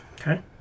Okay